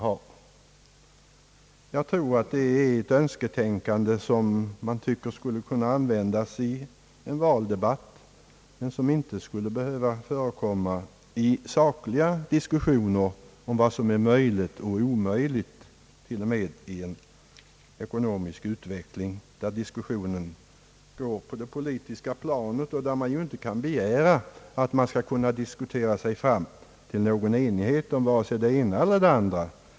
Jag tror att det är ett önsketänkande, som man tycker skulle kunna användas i en valdebatt, men som inte skulle behöva förekomma i sakliga diskussioner om vad som är möjligt och omöjligt, till och med i en ekonomisk utveckling, där diskussionen försiggår på det politiska planet och där det inte kan begäras att man skall kunna diskutera sig fram till någon enighet om vare sig det ena eller det andra.